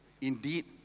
indeed